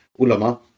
ulama